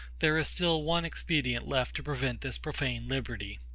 there is still one expedient left to prevent this profane liberty.